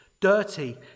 dirty